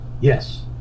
Yes